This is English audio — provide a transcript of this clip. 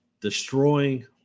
destroying